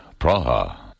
Praha